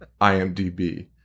IMDb